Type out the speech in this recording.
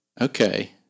Okay